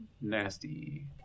nasty